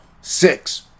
Six